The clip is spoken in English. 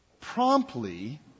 promptly